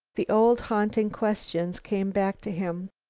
the old haunting questions came back to him,